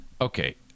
okay